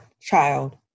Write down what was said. child